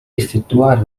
effettuare